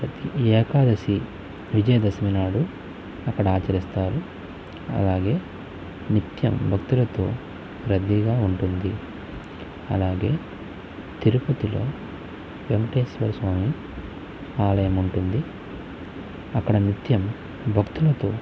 ఏకాదశి విజయదశమి నాడు అక్కడ ఆచరిస్తారు అలాగే నిత్యం భక్తులతో రద్దీగా ఉంటుంది అలాగే తిరుపతిలో వెంకటేశ్వర స్వామి ఆలయం ఉంటుంది అక్కడ నిత్యం భక్తులతో